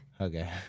okay